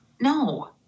No